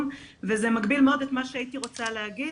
וזה מגביל מאוד את מה שהייתי רוצה להגיד,